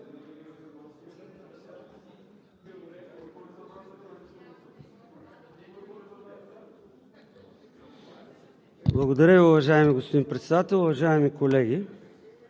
Благодаря Ви, уважаеми господин Председател. Уважаеми колеги,